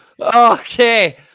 Okay